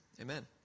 Amen